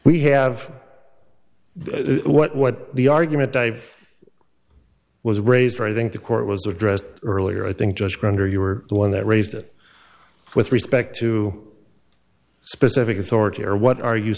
we have what the argument i was raised i think the court was addressed earlier i think judge grounder you were the one that raised it with respect to specific authority or what are you